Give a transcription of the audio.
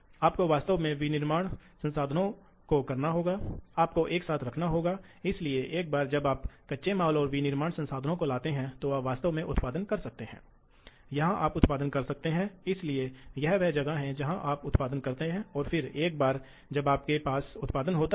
तो spindle drive की विशेषता आम तौर पर इस आकार की होती है जहां आपके पास एक बड़ा निरंतर बिजली क्षेत्र होता है और इसलिए यह अधिकतम गति प्रदान करता है इसलिए गति के बावजूद एक स्थिर शक्ति को रखा जाना है